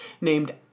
named